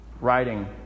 writing